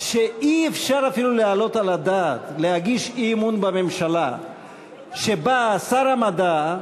שאי-אפשר אפילו להעלות על הדעת להגיש אי-אמון בממשלה שבה שר המדע,